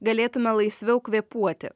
galėtume laisviau kvėpuoti